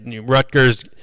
Rutgers